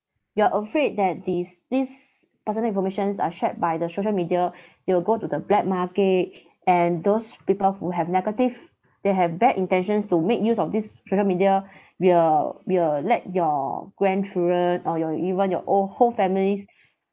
you are afraid that this this personal informations are shared by the social media it will go to the black market and those people who have negative they have bad intentions to make use of this social media will will let your grandchildren or your even your old whole families